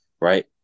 right